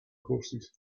courses